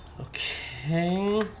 Okay